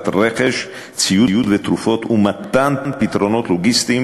רכש ציוד ותרופות ומתן פתרונות לוגיסטיים